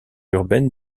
urbaine